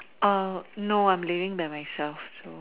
uh no I'm living by myself so